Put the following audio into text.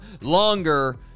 longer